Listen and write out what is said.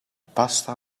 pasta